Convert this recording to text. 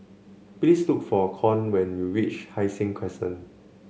please look for Con when you reach Hai Sing Crescent